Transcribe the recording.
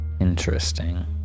Interesting